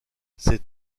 ces